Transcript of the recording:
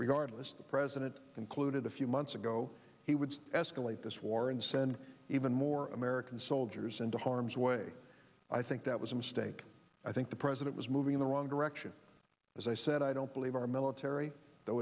regardless the president concluded a few months ago he would escalate this war and send even more american soldiers into harm's way i think that was a mistake i think the president was moving in the wrong direction as i said i don't believe our military that